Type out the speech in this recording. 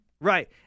Right